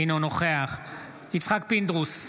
אינו נוכח יצחק פינדרוס,